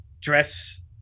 Dress